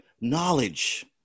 knowledge